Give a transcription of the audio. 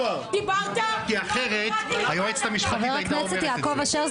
חבר הכנסת יעקב אשר,